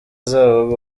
zabo